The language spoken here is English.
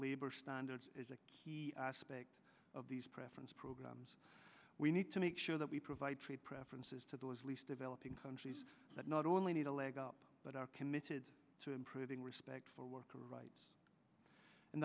labor standards is a key aspect of these preference programs we need to make sure that we provide trade preferences to those least developing countries let not only need a leg up but are committed to improving respect for worker rights in